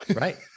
Right